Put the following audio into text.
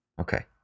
Okay